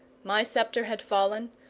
my sceptre had fallen,